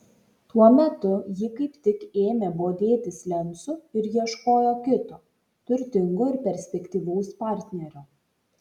tuo metu ji kaip tik ėmė bodėtis lencu ir ieškojo kito turtingo ir perspektyvaus partnerio